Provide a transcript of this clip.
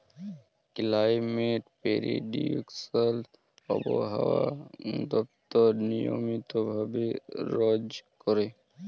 climate prediction আবহাওয়া দপ্তর নিয়মিত ভাবে রজ ক্যরে